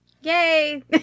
Yay